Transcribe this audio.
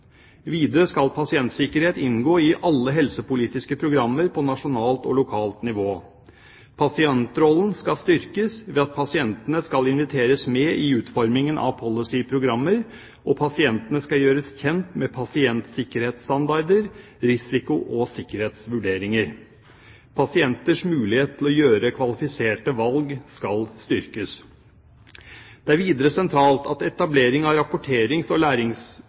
Videre skal pasientsikkerhet inngå i alle helsepolitiske programmer på nasjonalt og lokalt nivå. Pasientrollen skal styrkes ved at pasientene skal inviteres med i utformingen av policy-programmer, og pasientene skal gjøres kjent med pasientsikkerhetsstandarder, risiko og sikkerhetsvurderinger. Pasienters mulighet til å gjøre kvalifiserte valg skal styrkes. Det er videre sentralt at etablering av rapporterings- og